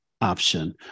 option